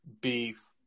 beef